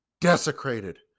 desecrated